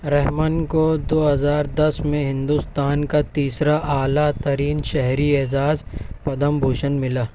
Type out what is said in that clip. رحمان کو دو ہزار دس میں ہندوستان کا تیسرا اعلیٰ ترین شہری اعزاز پدم بھوشن ملا